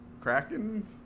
Kraken